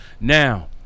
Now